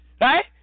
right